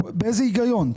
באיזה היגיון?